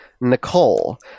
Nicole